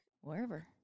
Wherever